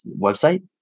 website